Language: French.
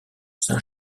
saint